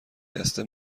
دسته